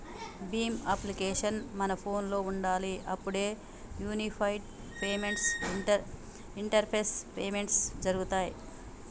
Bhim application మన ఫోనులో ఉండాలి అప్పుడే యూనిఫైడ్ పేమెంట్స్ ఇంటరపేస్ పేమెంట్స్ జరుగుతాయ్